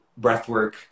breathwork